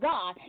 God